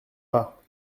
pas